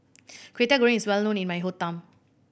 Kway Teow Goreng is well known in my hometown